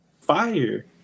Fire